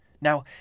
Now